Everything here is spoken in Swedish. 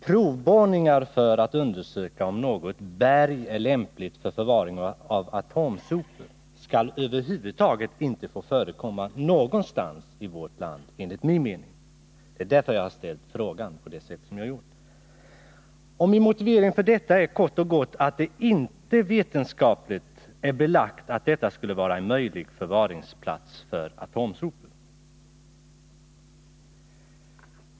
Provborrningar för att undersöka om något berg är lämpligt för förvaring av atomsopor skall enligt min mening över huvud taget inte få förekomma någonstans i vårt land. Det är därför jag har ställt frågan på det sätt jag har gjort. Min motivering för detta är kort och gott att det inte är vetenskapligt belagt att bergrum skulle vara en möjlig förvaringsplats för atomsopor.